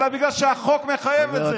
אלא בגלל שהחוק מחייב את זה.